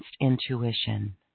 intuition